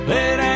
Let